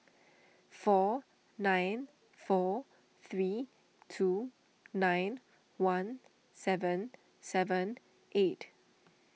four nine four three two nine one seven seven eight